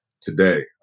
today